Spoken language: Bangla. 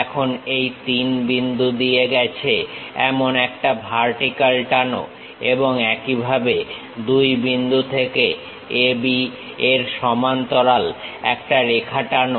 এখন এই 3 বিন্দু দিয়ে গেছে এমন একটা ভার্টিক্যাল টানো এবং একইভাবে 2 বিন্দু থেকে A B এর সমান্তরাল একটা রেখা টানো